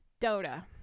Dota